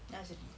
nazri